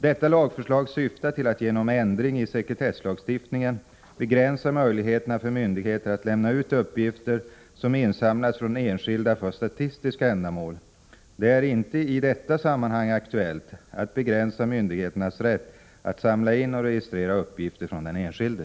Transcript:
Detta lagförslag syftar till att genom ändring i sekretesslagstiftningen begränsa möjligheterna för myndigheter att lämna ut uppgifter som insamlats från enskilda för statistiska ändamål. Det är inte i detta sammanhang aktuellt att begränsa myndigheternas rätt att samla in och registrera uppgifter från den enskilde.